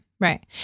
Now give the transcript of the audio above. Right